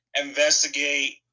investigate